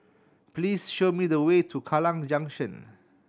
please show me the way to Kallang Junction